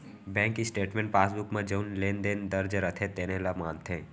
bank statement passbook म जउन लेन देन दर्ज रथे तेने ल मानथे